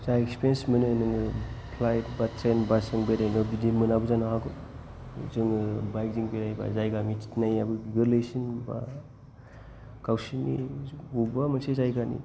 जा एक्सपिरियेन्स मोनो नोङो फ्लाइट बा ट्रेन बास जों बेरायनायाव बिदि मोनाबो जानो हागौ जोङो बाइक जों बेरायबा जायगा मिथिनायाबो गोरलैसिन बा गावसिनि बबेबा मोनसे जायगानि